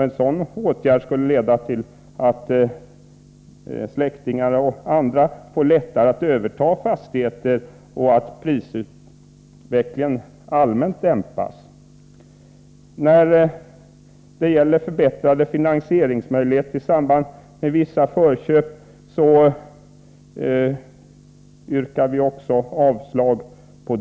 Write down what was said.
En sådan åtgärd skulle leda till att släktingar och andra får lättare att överta fastigheter och att prisutvecklingen allmänt dämpas. Förbättrade finansieringsmöjligheter i samband med vissa förköp yrkar vi också avslag på.